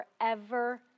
forever